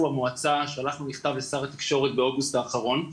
אנחנו המועצה שלחנו מכתב לשר התקשורת באוגוסט האחרון,